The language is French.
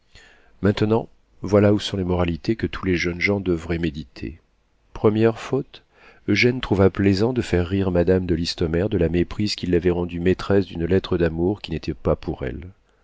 maintenant voilà où sont les moralités que tous les jeunes gens devraient méditer première faute eugène trouva plaisant de faire rire madame de listomère de la méprise qui l'avait rendue maîtresse d'une lettre d'amour qui n'était pas pour elle